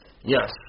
Yes